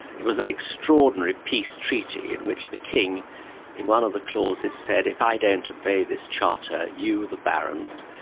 it was an extraordinary peace treaty in which the king in one of the clauses says, if i don't obey this charter, you the barons,